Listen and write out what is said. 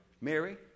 Mary